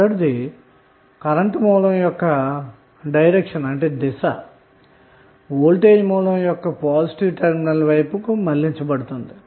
మొదటిది current source యొక్క దిశ వోల్టేజ్ సోర్స్ యొక్క పాజిటివ్ టెర్మినల్ వైపుకు మళ్ళించబడుతుంది